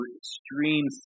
extreme